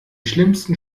schlimmsten